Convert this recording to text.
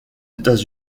états